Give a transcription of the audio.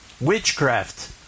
witchcraft